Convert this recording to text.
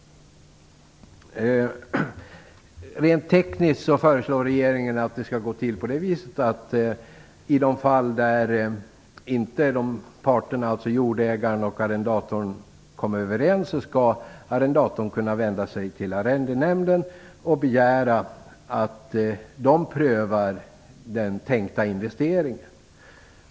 Rent tekniskt föreslår regeringen att det skall gå till på det sättet att arrendatorn i det fall där parterna, dvs. jordägaren och arrendatorn, inte kommer överens skall kunna vända sig till arrendenämnden och begära att den prövar den tänkta investeringen.